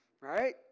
right